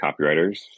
copywriters